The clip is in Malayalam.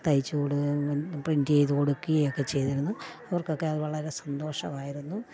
തൈച്ച് കൊട് പ്രിൻറ്റ് ചെയ്തു കൊടുക്കുകയുമൊക്കെ ചെയ്തിരുന്നു അവർക്കൊക്കെ അതു വളരെ സന്തോഷമായിരുന്നു